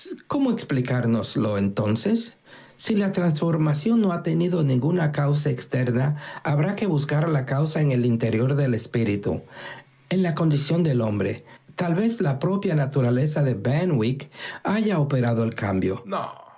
cómo explicárnoslo entonces si la transformación no ha tenido ninguna causa externa habrá que buscar la causa en el interior del espíritu en la condición del hombre tal vez la propia naturaleza de benwick haya operado el cambio no